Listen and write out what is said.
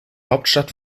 hauptstadt